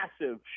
massive